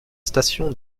station